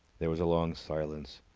there was a long silence.